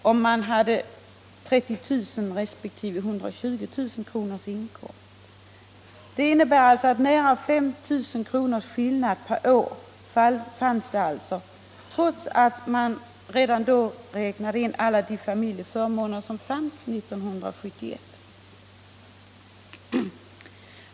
om man hade 30 000 respektive 120 000 kronors inkomst. Det innebär alltså nära 5 000 kronors skillnad per barn och år, trots att man räknade in alla de förmåner som fanns redan 1971.